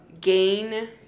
gain